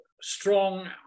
strong